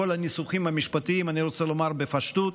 אחרי כל הניסוחים המשפטיים אני רוצה לומר בפשטות: